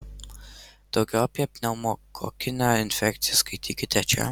daugiau apie pneumokokinę infekciją skaitykite čia